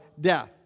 death